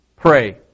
Pray